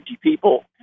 people